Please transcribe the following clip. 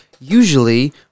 usually